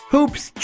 Hoops